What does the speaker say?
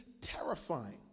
terrifying